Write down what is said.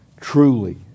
truly